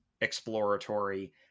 exploratory